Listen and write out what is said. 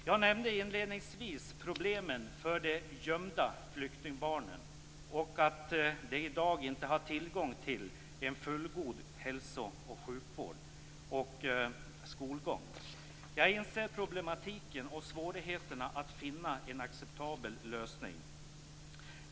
Jag nämnde inledningsvis problemen för de gömda flyktingbarnen och att de i dag inte har tillgång till en fullgod hälso och sjukvård och skolgång. Jag inser problematiken och svårigheterna med att finna en acceptabel lösning.